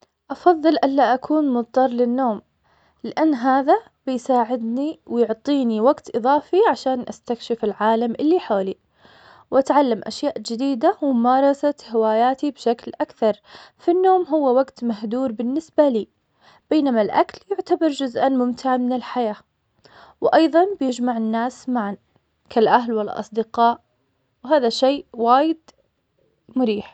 أفضل ألا أكون مضطر للنوم, لأن هذا بيساعدني ويعطيني وقت إضافي عشان أستكشف العالم اللي حولي, وأتعلم أشياء جديدة وممارسة هواياتي بشكل أكثر, فالنوم هو وقت مهدور بالنسبة لي, بينما الأكل يعتبر جزء ممتع من الحياة, وأيضا بيجمع الناس معا, كالأهل والأصدقاء, وهذا شي وايد مريح.